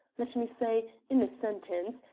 let me say, in a sentence,